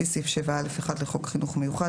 לפי סעיף 7(א)(1) לחוק חינוך מיוחד,